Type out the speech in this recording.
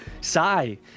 Sai